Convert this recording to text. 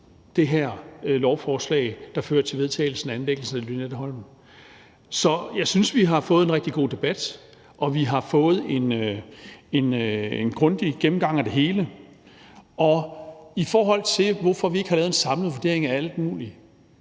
det her lovforslag, der fører til vedtagelse af anlæggelsen af Lynetteholm. Så jeg synes, vi har fået en rigtig god debat, og at vi har fået en grundig gennemgang af det hele. I forhold til hvorfor vi ikke har lavet en samlet vurdering af alt muligt,